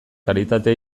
karitate